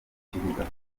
kibuga